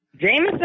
Jameson